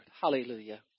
hallelujah